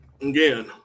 again